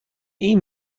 این